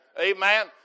Amen